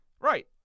Right